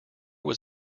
was